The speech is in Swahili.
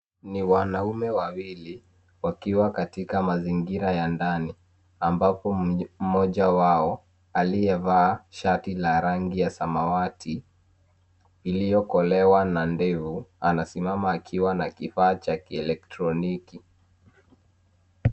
Ni wanaume wawili wakiwa katika mazingira ya ndani, ambapo mmoja wao aliye vaa shati la rangi ya samawati, iliyokolewa na ndevu, anasimama akiwa na kifaa cha kielectroniki.